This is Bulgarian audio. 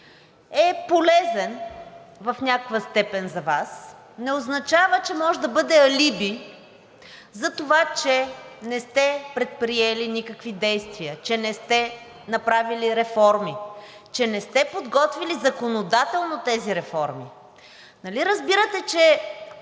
е полезен в някаква степен за Вас, не означава, че може да бъде алиби за това, че не сте предприели никакви действия, че не сте направили реформи, че не сте подготвили законодателно тези реформи. Нали разбирате, че